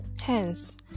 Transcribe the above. Hence